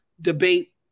debate